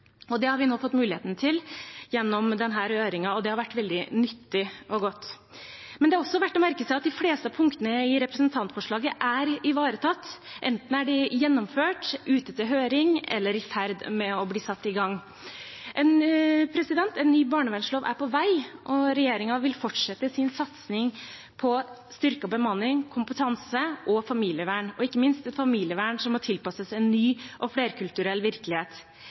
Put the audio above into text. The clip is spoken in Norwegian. Det har vi nå fått muligheten til gjennom denne høringen, og det har vært veldig nyttig og godt. Men det er også verdt å merke seg at de fleste punktene i representantforslaget er ivaretatt – enten er de gjennomført, ute til høring eller i ferd med å bli satt i gang. En ny barnevernslov er på vei, og regjeringen vil fortsette sin satsing på styrket bemanning, kompetanse og familievern – ikke minst et familievern som må tilpasses en ny og flerkulturell virkelighet.